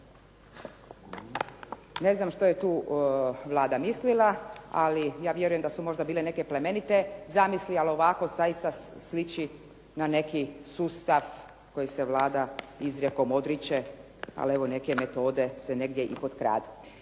Ne znam što je tu Vlada mislila, ali ja vjerujem da su možda bile neke plemenite zamisli, ali ovako zaista sliči na neki sustav koji se Vlada izrijekom odriče, ali evo, neke metode se negdje i potkradu.